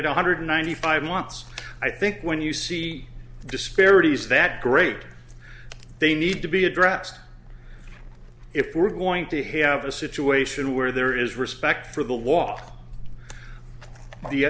one hundred ninety five watts i think when you see disparities that great they need to be addressed if we're going to have a situation where there is respect for the law